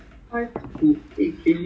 I lost twenty K_G in total eh